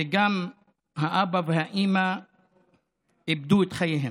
וגם האבא והאימא איבדו את חייהם.